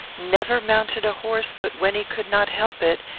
never mounted a horse but when he could not help it,